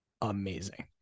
amazing